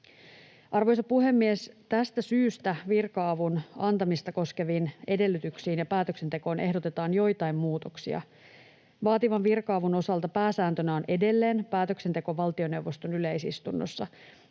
Arvoisa puhemies, tästä syystä virka-avun antamista koskeviin edellytyksiin ja päätöksentekoon ehdotetaan joitain muutoksia. Vaativan virka-avun osalta pääsääntönä on edelleen päätöksenteko valtioneuvoston yleisistunnossa.